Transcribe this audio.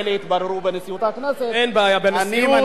אין בעיה, בנשיאות, בכל מקום שאתה רוצה.